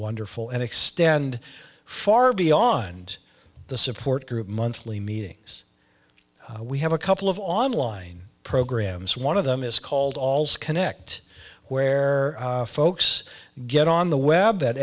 wonderful and extend far beyond the support group monthly meetings we have a couple of online programs one of them is called all connect where folks get on the web